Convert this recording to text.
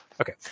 okay